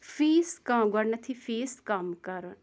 face کَم گۄڈٕنیٚتھٕے fee کَم کَرُن